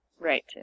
right